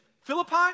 Philippi